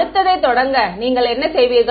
அடுத்ததை தொடங்க நீங்கள் என்ன செய்வீர்கள்